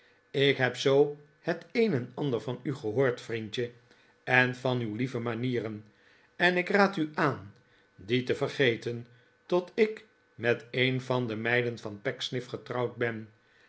ik heb zoo het een en ander van u gehoord vriendje en van uw lieve manieren en ik raad u aan die te vergeten tot ik met een van de meiden van pecksniff getrouwd ben